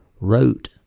wrote